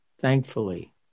thankfully